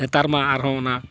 ᱱᱮᱛᱟᱨ ᱢᱟ ᱟᱨᱦᱚᱸ ᱚᱱᱟ